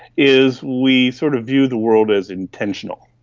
is we sort of view the world as intentional.